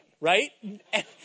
right